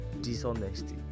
dishonesty